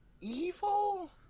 evil